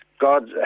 God